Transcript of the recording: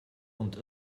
und